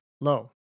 low